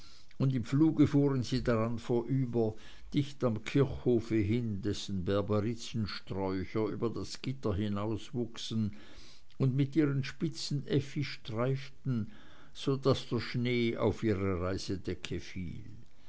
und im fluge fuhren sie daran vorüber dicht am kirchhofe hin dessen berberitzensträucher über das gitter hinauswuchsen und mit ihren spitzen effi streiften so daß der schnee auf ihre reisedecke fiel